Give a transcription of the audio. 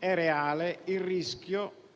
È reale il rischio